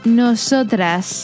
nosotras